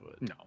No